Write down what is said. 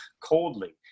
coldly